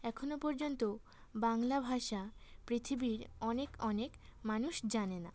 এখনো পর্যন্ত বাংলা ভাষা পৃথিবীর অনেক অনেক মানুষ জানে না